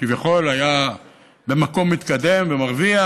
שכביכול היה במקום מתקדם ומרוויח